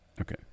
Okay